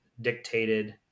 dictated